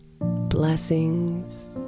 Blessings